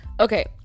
Okay